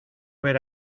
ver